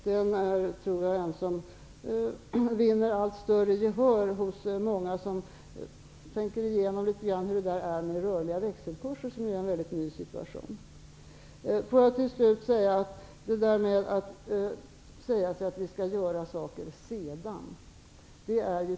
Jag tror att den vinner allt större gehör hos många som tänker igenom litet grand hur det förhåller sig med de rörliga växelkurserna, som ju är en helt ny situation. Till slut något om detta med att säga att vi skall göra saker sedan.